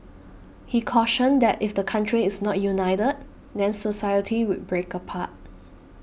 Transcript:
he cautioned that if the country is not united then society would break apart